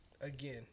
again